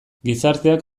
gizarteak